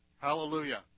Hallelujah